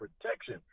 protection